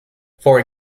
for